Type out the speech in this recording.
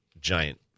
giant